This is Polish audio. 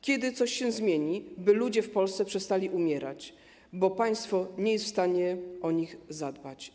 Kiedy coś się zmieni, by ludzie w Polsce przestali umierać, bo państwo nie jest w stanie o nich zadbać?